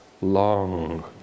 long